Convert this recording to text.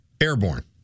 airborne